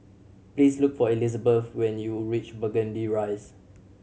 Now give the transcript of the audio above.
please look for Elisabeth when you reach Burgundy Rise